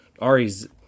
Ari's